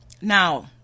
now